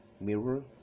mirror